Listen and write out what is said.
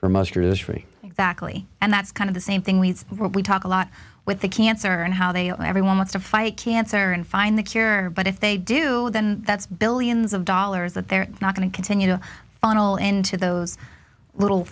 history exactly and that's kind of the same thing we talk a lot with the cancer and how they and everyone wants to fight cancer and find the cure but if they do then that's billions of dollars that they're not going to continue to funnel into those little